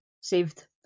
saved